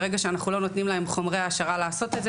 ברגע שאנחנו לא נותנים להם חומרי העשרה לעשות את זה